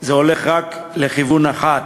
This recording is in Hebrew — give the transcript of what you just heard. זה הולך רק לכיוון אחד.